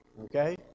Okay